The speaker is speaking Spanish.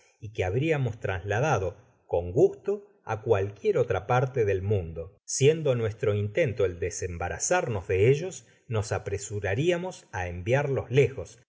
y que habriamos trasladado con gusto á cualquier otra parte del mundo sieudo nuestro intento el desembarazarnos de ellos nos apresurariamos á enviarlos lejos